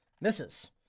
Misses